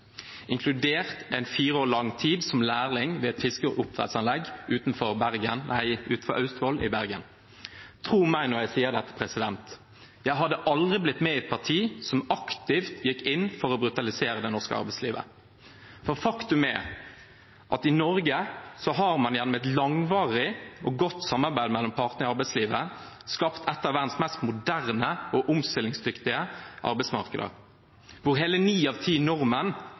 inkludert en fire år lang tid som lærling ved et fiskeoppdrettsanlegg i Austevoll utenfor Bergen. Tro meg, når jeg sier dette: Jeg hadde aldri blitt med i et parti som aktivt gikk inn for å brutalisere det norske arbeidslivet. Faktum er at i Norge har man, gjennom et langvarig og godt samarbeid mellom partene i arbeidslivet, skapt et av verdens mest moderne og omstillingsdyktige arbeidsmarkeder, hvor hele ni av ti nordmenn